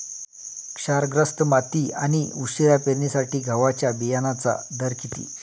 क्षारग्रस्त माती आणि उशिरा पेरणीसाठी गव्हाच्या बियाण्यांचा दर किती?